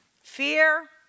fear